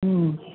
हूँ